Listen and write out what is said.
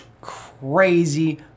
crazy